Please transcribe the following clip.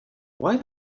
why